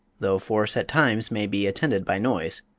though force at times may be attended by noise.